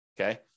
Okay